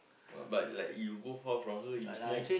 but but like you go far from her you smoke